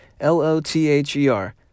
L-O-T-H-E-R